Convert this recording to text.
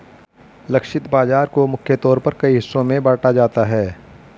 लक्षित बाजार को मुख्य तौर पर कई हिस्सों में बांटा जाता है